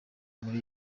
muri